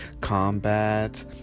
combat